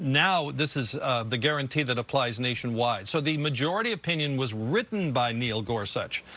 now, this is the guarantee that applies nationwide. so, the majority opinion was written by neil gorsuch.